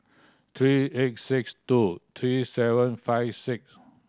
three eight six two three seven five six